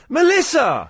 Melissa